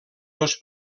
dos